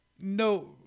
no